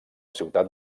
ciutat